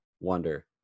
wonder